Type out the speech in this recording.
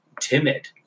timid